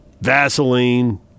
Vaseline